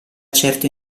certo